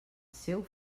seu